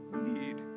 need